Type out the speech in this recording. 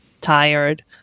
tired